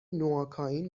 نواکائین